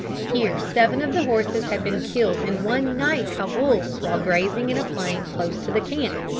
here seven of the horses had been killed in one night by wolves while grazing in a plain close to the camp,